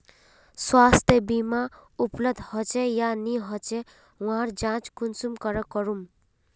स्वास्थ्य बीमा उपलब्ध होचे या नी होचे वहार जाँच कुंसम करे करूम?